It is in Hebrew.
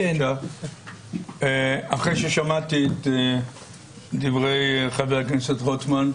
לאחר ששמעתי את דברי חבר הכנסת רוטמן,